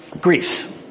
Greece